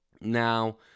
Now